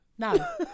No